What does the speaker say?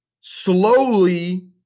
slowly